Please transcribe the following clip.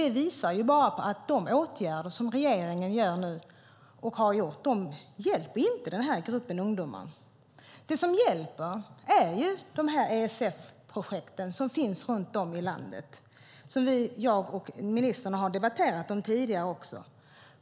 Det visar att de åtgärder som regeringen vidtar nu och har vidtagit inte hjälper denna grupp ungdomar. Det som hjälper är ESF-projekten, som finns runt om i landet och som jag och ministern har debatterat tidigare.